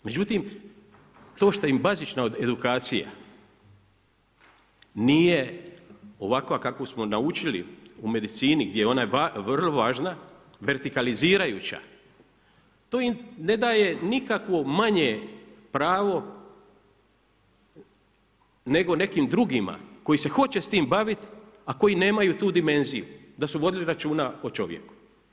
Međutim, to što im bazična edukacija nije ovakva kakvu smo naučili u medicini gdje je ona vrlo važna, vertikalizirajuća to ne daje nikakvo manje pravo nego nekim drugima koji se hoće s tim baviti a koji nemaju tu dimenziju da su vodili računa o čovjeku.